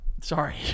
sorry